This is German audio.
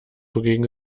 wogegen